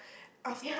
after